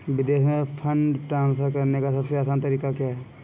विदेश में fund transfer करने का सबसे आसान तरीका क्या है?